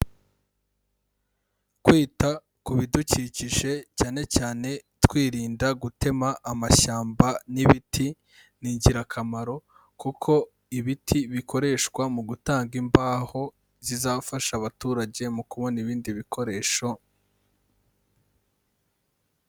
Kwita ku bidukikije cyane cyane twirinda gutema amashyamba n'ibiti, ni ingirakamaro, kuko ibiti bikoreshwa mu gutanga imbaho zizafasha abaturage mu kubona ibindi bikoresho.